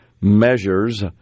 measures